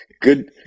Good